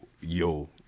yo